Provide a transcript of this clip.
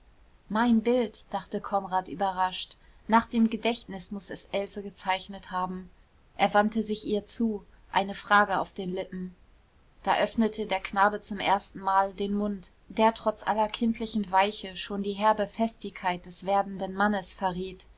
mein bild dachte konrad überrascht nach dem gedächtnis mußte es else gezeichnet haben er wandte sich ihr zu eine frage auf den lippen da öffnete der knabe zum erstenmal den mund der trotz aller kindlichen weiche schon die herbe festigkeit des werdenden mannes verriet